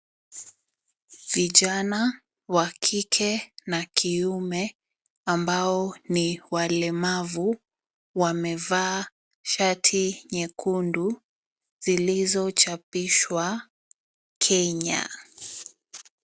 Vijana wa kike na kiume ,ambao ni walemavu. Wamevaa shati nyekundu zilizochapishwa Kenya .